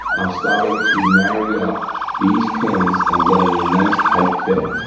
i'm starting to marry up these pins and getting a nice tight fit.